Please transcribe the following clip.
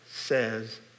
says